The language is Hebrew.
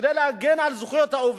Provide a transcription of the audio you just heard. כדי להגן על זכויות העובדים.